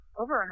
over